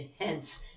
hence